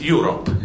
Europe